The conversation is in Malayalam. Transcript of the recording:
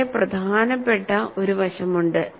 വളരെ പ്രധാനപ്പെട്ട ഒരു വശമുണ്ട്